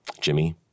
Jimmy